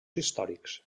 històrics